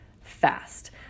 fast